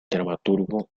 dramaturgo